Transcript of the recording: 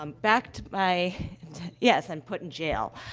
um back to my yes, and put in jail.